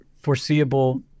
foreseeable